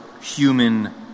human